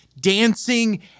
dancing